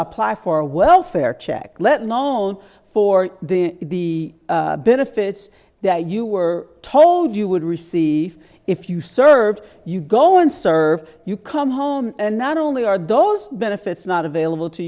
apply for a welfare check let alone for the benefits that you were told you would receive if you served you go and serve you come home and not only are those benefits not available to